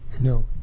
No